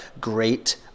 great